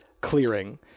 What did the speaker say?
clearing